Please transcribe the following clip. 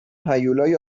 هیولای